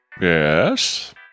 Yes